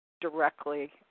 directly